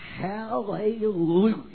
Hallelujah